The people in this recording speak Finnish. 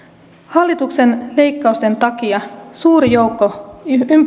hallituksen leikkausten takia suuri joukko